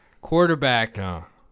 quarterback